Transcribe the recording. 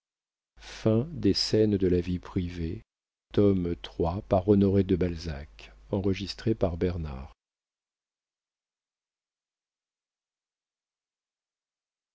iii scènes de la vie privée tome iii author honoré de balzac